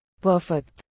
Perfect